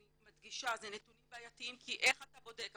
אני מדגישה, אלה נתונים בעייתיים כי איך אתה בודק?